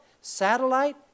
satellite